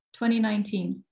2019